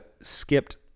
skipped